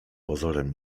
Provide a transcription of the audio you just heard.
pozorem